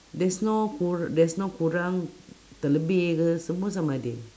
there's no kor~ there's no korang terlebih ke semua sama ada